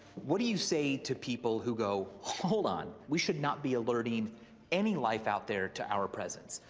what do you say to people who go, hold on, we should not be alerting any life out there to our presence.